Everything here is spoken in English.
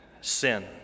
sin